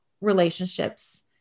relationships